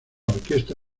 orquesta